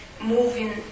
moving